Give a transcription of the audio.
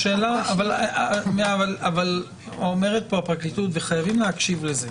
אבל אומרת פה הפרקליטות וחייבים להקשיב לזה: